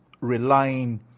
relying